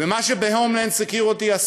ומה שב- "Homeland Security"עשו,